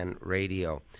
Radio